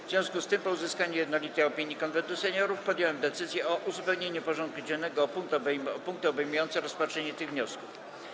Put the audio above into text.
W związku z tym, po uzyskaniu jednolitej opinii Konwentu Seniorów, podjąłem decyzję o uzupełnieniu porządku dziennego o punkty obejmujące rozpatrzenie tych wniosków.